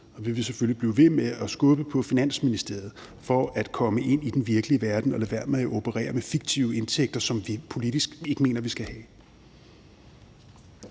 blive ved med at skubbe på Finansministeriet for at komme ind i den virkelige verden og lade være med at operere med fiktive indtægter, som vi politisk ikke mener at vi skal have.